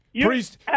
Priest